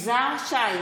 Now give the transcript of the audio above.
יזהר שי,